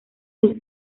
sus